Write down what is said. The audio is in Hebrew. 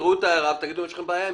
תקרא אותה ואם יש לך בעיה,